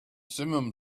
simum